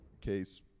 case